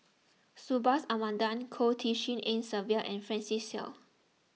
Subhas Anandan Goh Tshin En Sylvia and Francis Seow